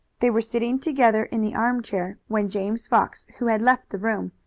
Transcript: they were sitting together in the armchair when james fox, who had left the room,